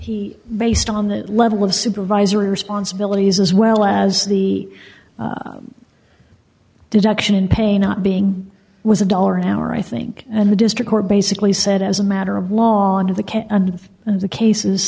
he based on the level of supervisory responsibilities as well as the deduction in pain not being was a dollar an hour i think and the district court basically said as a matter of law and the can and and the cases